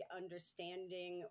understanding